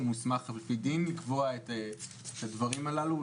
הוא מוסמך על פי דין לקבוע את הדברים הללו.